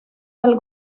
del